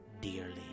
dearly